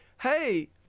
hey